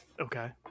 Okay